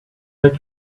make